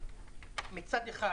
מצד אחד,